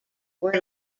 were